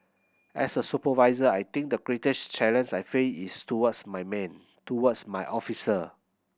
as a supervisor I think the greatest challenge I face is towards my men towards my officer